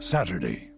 Saturday